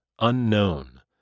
Unknown